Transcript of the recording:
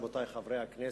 רבותי חברי הכנסת,